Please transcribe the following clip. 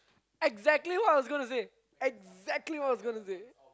exactly what I was going to say exactly what I was going to say